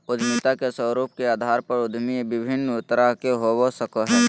उद्यमिता के स्वरूप के अधार पर उद्यमी विभिन्न तरह के हो सकय हइ